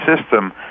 system